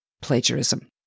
plagiarism